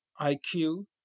IQ